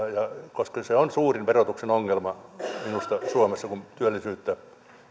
koska se on suurin verotuksen ongelma minusta suomessa kun työllisyyttä